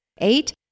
Eight